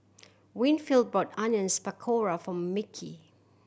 Winfield bought Onions Pakora for Mickie